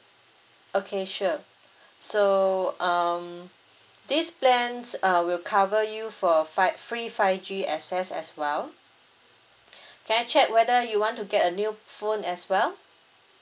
okay sure so um this plans uh will cover you for fi~ free five G access as well can I check whether you want to get a new phone as well